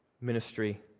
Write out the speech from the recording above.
ministry